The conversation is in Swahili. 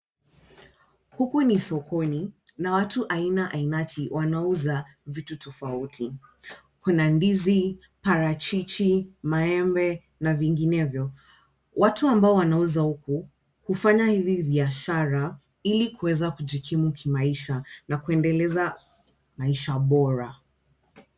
Huku ni sokoni na watu aina ainati wanauza vitu tofauti. Kuna ndizi, parachichi, maembe na vingenevyo. Watu ambao wanauza huku, hufanya hizi biashara ili kuweza kujikimu kimaisha na kuendeleza maisha bora.